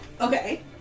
Okay